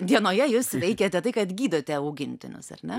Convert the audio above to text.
dienoje jūs veikiate tai kad gydote augintinius ar ne